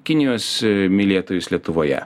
kinijos mylėtojus lietuvoje